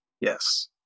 Yes